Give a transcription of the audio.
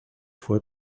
fue